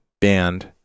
band